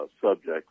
subjects